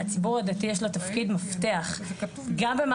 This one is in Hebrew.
הציבור הדתי יש לו תפקיד מפתח גם במערכת